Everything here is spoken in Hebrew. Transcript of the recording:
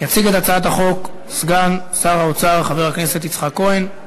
יציג את הצעת החוק סגן שר האוצר חבר הכנסת יצחק כהן.